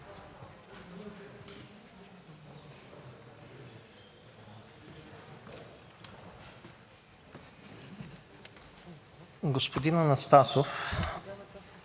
господин Анастасов.